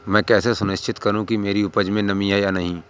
मैं कैसे सुनिश्चित करूँ कि मेरी उपज में नमी है या नहीं है?